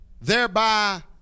thereby